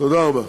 תודה רבה.